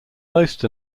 most